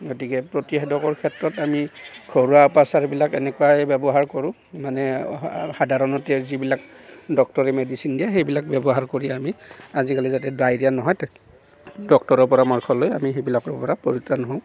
গতিকে প্ৰতিষেধকৰ ক্ষেত্ৰত আমি ঘৰুৱা উপাচাৰবিলাক এনেকুৱায়ে ব্যৱহাৰ কৰোঁ মানে সাধাৰণতে যিবিলাক ডক্টৰে মেডিচিন দিয়ে সেইবিলাক ব্যৱহাৰ কৰি আমি আজিকালি যাতে ডায়েৰীয়া নহয় ডক্টৰৰ পৰামৰ্শ লৈ আমি সেইবিলাকৰ পৰা পৰিত্ৰাণ হওঁ